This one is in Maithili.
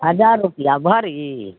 हजार रुपैआ भरी